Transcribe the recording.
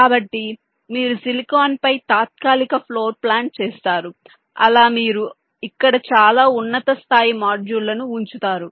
కాబట్టి మీరు సిలికాన్పై తాత్కాలిక ఫ్లోర్ ప్లాన్ చేస్తారు అలా మీరు ఇక్కడ చాలా ఉన్నత స్థాయి మాడ్యూళ్ళను ఉంచుతారు